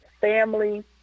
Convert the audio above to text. family